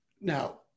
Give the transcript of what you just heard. now